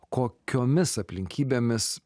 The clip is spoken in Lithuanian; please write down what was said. kokiomis aplinkybėmis